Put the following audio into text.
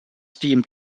steam